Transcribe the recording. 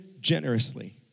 generously